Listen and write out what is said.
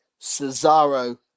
Cesaro